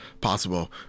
possible